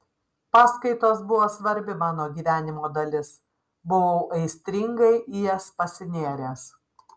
paskaitos buvo svarbi mano gyvenimo dalis buvau aistringai į jas pasinėręs